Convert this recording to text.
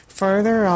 further